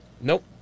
Nope